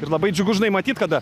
ir labai džiugu žinai matyt kada